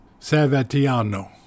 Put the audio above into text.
Savatiano